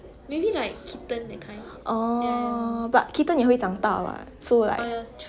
orh but kitten 也会长大 what so like